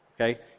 Okay